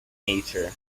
nature